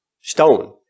stone